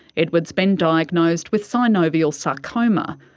edward's been diagnosed with synovial sarcoma,